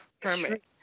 permit